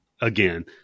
again